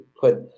put